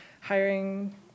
hiring